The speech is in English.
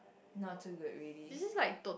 not too good really